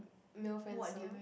male friends lor